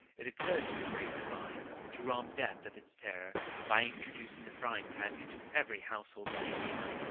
it occurred to the great divine to rob death of its terrors by introducing the frying-pan into every household in geneva.